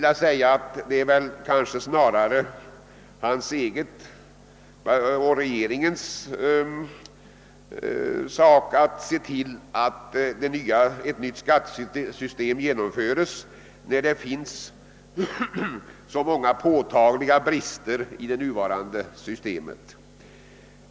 Jag tycker att det snarare är hans egen och regeringens sak att se till att ett nytt skattesystem genomförs, eftersom det finns så många påtagliga brister i det nuvarande.